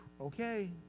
okay